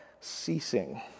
ceasing